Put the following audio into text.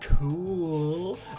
Cool